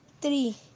three